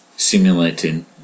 Simulating